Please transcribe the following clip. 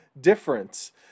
difference